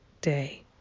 day